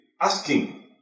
asking